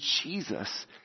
Jesus